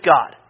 God